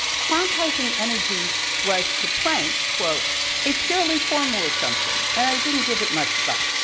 quantizing energy was to planck quote a purely formula assumption. and i didn't give it much thought.